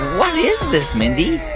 what is this, mindy?